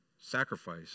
sacrifice